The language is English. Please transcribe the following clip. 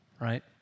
right